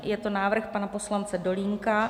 Je to návrh pana poslance Dolínka.